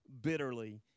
bitterly